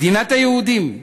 מדינת היהודים,